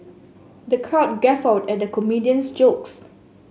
the crowd guffawed at the comedian's jokes